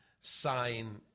sign